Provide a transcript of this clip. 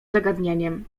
zagadnieniem